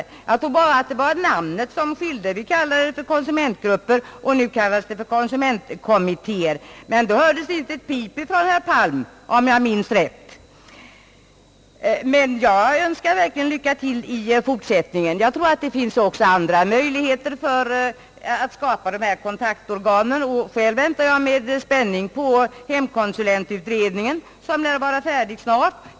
Jag tror att det var bara namnet som skilde, vi kallade dem för konsumentgrupper, och nu kallas det för konsumentkommittéer. Men då hördes inte ett pip från herr Palm, om jag minns rätt. Jag önskar verkligen lycka till i fortsättningen. Det finns nog också andra möjligheter att skapa goda kontaktorgan. Jag väntar med spänning på hemkonsulentutredningen, som lär vara färdig snart.